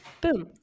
Boom